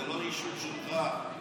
זה לא אישור שלך,